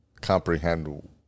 Comprehend